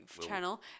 channel